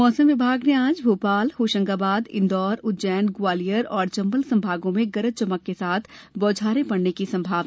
मौसम विभाग ने आज भोपाल होशंगाबाद इंदौर उज्जैन ग्वालियर और चंबल संभागों में गरज चमक के साथ बौछारें पड़ने की संभावना जताई है